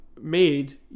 made